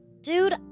Dude